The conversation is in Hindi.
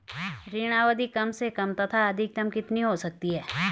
ऋण अवधि कम से कम तथा अधिकतम कितनी हो सकती है?